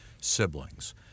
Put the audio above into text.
siblings